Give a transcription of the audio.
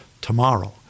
tomorrow